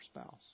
spouse